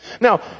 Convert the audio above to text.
Now